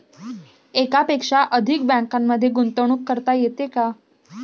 एकापेक्षा अधिक बँकांमध्ये गुंतवणूक करता येते का?